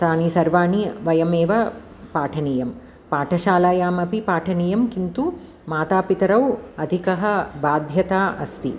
तानि सर्वाणि वयमेव पाठनीयं पाठशालायामपि पाठनीयं किन्तु मातापितरौ अधिका बाध्यता अस्ति